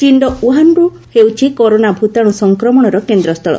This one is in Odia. ଚୀନ୍ର ଓ୍ୱହାନ୍ ହେଉଛି କରୋନା ଭୂତାଣୁ ସଂକ୍ରମଣର କେନ୍ଦ୍ରସ୍ଥଳ